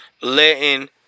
letting